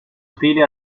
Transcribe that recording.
stile